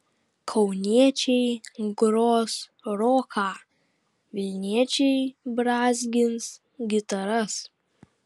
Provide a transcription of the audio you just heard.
kauniečiai gros roką vilniečiai brązgins gitaras